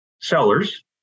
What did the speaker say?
sellers